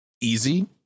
Easy